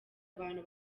abantu